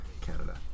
Canada